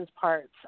parts